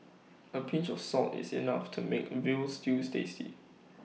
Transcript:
A pinch of salt is enough to make Veal Stews tasty